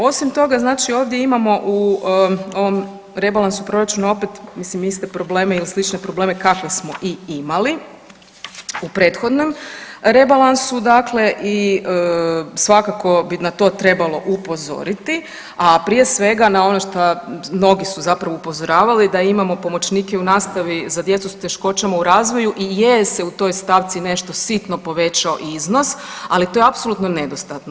Osim toga, znači ovdje imamo u ovom rebalansu proračuna opet mislim iste probleme il iste slične probleme kakve smo i imali u prethodnom rebalansu dakle i svakako bi na to trebalo upozoriti, a prije svega na ono šta, mnogi su zapravo upozoravali da imamo pomoćnike u nastavi za djecu s teškoćama u razvoju i je se u toj stavci nešto sitno povećao iznos, ali to je apsolutno nedostatno.